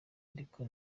ariko